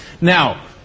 Now